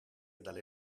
dalle